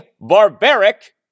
barbaric